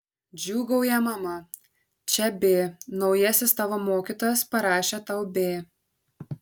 džiūgauja mama čia b naujasis tavo mokytojas parašė tau b